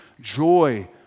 Joy